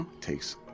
takes